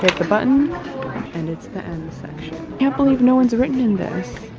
hit the button and it's the m section can't believe no one's written in this